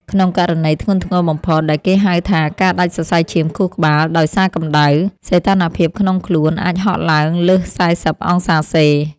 ក្នុងករណីធ្ងន់ធ្ងរបំផុត ដែលគេហៅថាការដាច់សរសៃឈាមខួរក្បាលដោយសារកម្ដៅ សីតុណ្ហភាពក្នុងខ្លួនអាចហក់ឡើងលើស ៤០ អង្សាសេ។